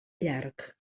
llarg